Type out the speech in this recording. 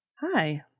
Hi